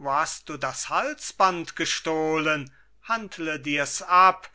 hast du das halsband gestohlen handle dirs ab